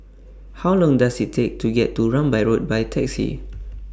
How Long Does IT Take to get to Rambai Road By Taxi